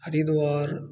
Haridwar